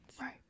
Right